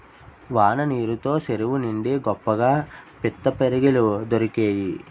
వాన నీరు తో సెరువు నిండి గొప్పగా పిత్తపరిగెలు దొరికేయి